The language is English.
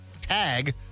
tag